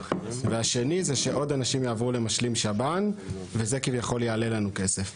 והשני זה שעוד אנשים יעברו למשלים שב"ן וזה כביכול יעלה לנו כסף.